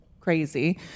crazy